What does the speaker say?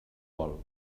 vol